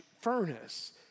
furnace